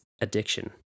addiction